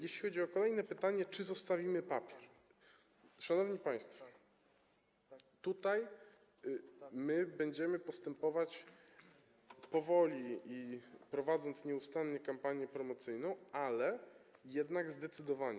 Jeśli chodzi o kolejne pytanie - czy zostawimy papier - to, szanowni państwo, tutaj będziemy postępować powoli, prowadząc nieustannie kampanię promocyjną, ale zdecydowanie.